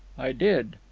i did.